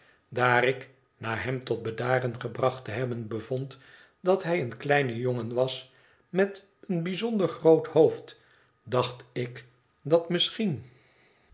hebben bevond dat hij een kleine jongen was met een bijzonder groot hoofd dacht ik dat misschien